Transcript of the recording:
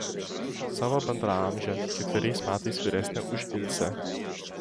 savo bendraamžę ketveriais metais vyresnę už ilsę